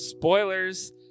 Spoilers